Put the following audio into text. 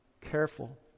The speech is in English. Careful